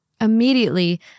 Immediately